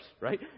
right